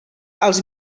als